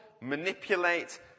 manipulate